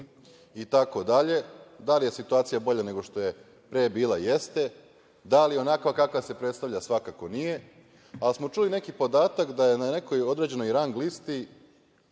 itd, da li je situacija bolja nego što je pre bila - jeste, da li je onakva kakva se predstavlja - svakako nije, ali smo čuli neki podatak da je na nekoj određenoj rang listi